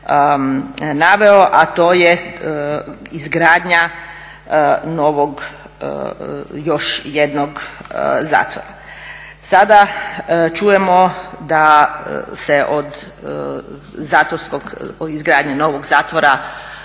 naveo, a to je izgradnja novog, još jednog zatvora. Sada čujemo da se od izgradnje novog zatvora